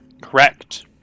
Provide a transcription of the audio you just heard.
Correct